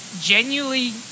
genuinely